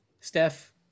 Steph